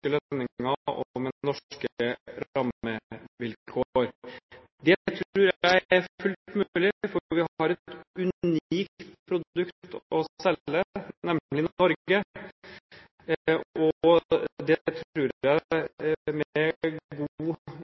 og med norske rammevilkår. Det tror jeg er fullt mulig, for vi har et unikt produkt å selge, nemlig Norge. Det tror jeg med god